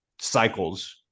cycles